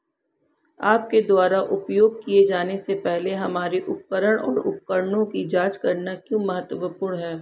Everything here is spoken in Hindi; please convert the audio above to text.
आपके द्वारा उपयोग किए जाने से पहले हमारे उपकरण और उपकरणों की जांच करना क्यों महत्वपूर्ण है?